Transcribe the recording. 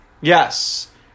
Yes